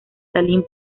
tallin